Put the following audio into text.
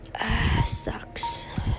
sucks